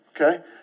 okay